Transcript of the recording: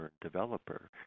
developer